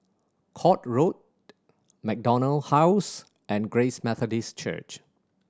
Court Road MacDonald House and Grace Methodist Church